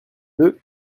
deux